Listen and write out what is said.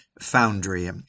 foundry